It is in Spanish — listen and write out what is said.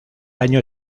año